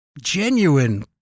genuine